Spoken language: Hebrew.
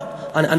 לא.